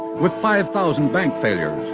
with five thousand bank failures,